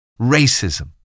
racism